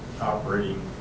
operating